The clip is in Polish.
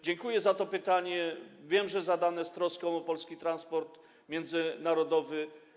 Dziękuję za to pytanie i wiem, że zadane jest z troską o polski transport międzynarodowy.